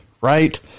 right